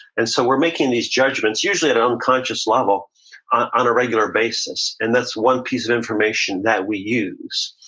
and so we're making these judgements, usually at an unconscious level on a regular basis. and that's one piece of information that we use.